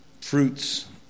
fruits